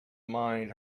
mind